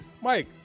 Mike